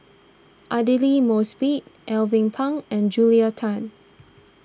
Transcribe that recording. Aidli Mosbit Alvin Pang and Julia Tan